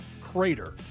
Crater